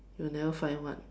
you will never find one